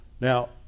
Now